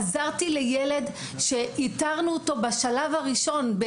עזרתי לילד שאיתרנו אותו בשלב הראשון,